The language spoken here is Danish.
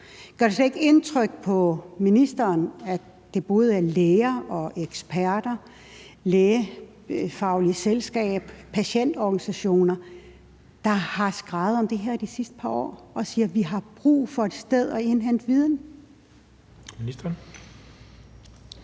Gør det slet ikke indtryk på ministeren, at både læger, eksperter, lægefaglige selskaber og patientorganisationer har skreget om det her de sidste par år og sagt, at de har brug for et sted at indhente viden fra?